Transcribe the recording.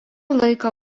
laiką